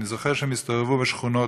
אני זוכר שהם הסתובבו בשכונות,